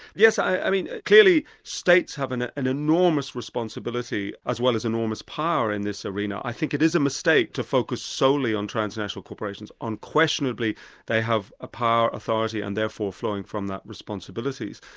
yes, i mean clearly states have ah and enormous responsibility as well as enormous power in this arena. i think it is a mistake to focus solely on transnational corporations, unquestionably they have a power authority and therefore flowing from that, responsibilities.